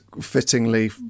fittingly